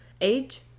age